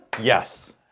Yes